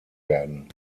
werden